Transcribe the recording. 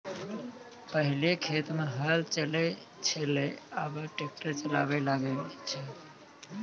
पहिलै खेत मे हल चलै छलै आबा ट्रैक्टर चालाबा लागलै छै